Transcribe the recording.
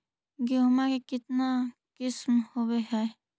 गेहूमा के कितना किसम होबै है?